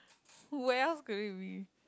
who else could it be